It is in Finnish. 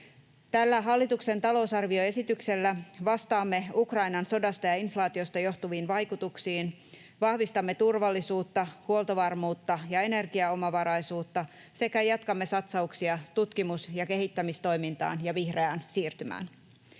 Tällä hallituksen talousarvioesityksellä vastaamme Ukrainan sodasta ja inflaatiosta johtuviin vaikutuksiin, vahvistamme turvallisuutta, huoltovarmuutta ja energiaomavaraisuutta sekä jatkamme satsauksia tutkimus- ja kehittämistoimintaan ja vihreään siirtymään.